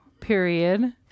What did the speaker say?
period